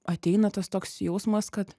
ateina tas toks jausmas kad